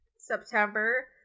September